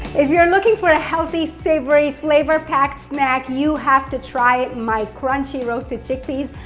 if you're looking for a healthy, savory, flavor-packed snack, you have to try my crunchy roasted chickpeas.